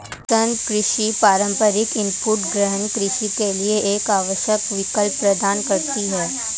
सतत कृषि पारंपरिक इनपुट गहन कृषि के लिए एक आवश्यक विकल्प प्रदान करती है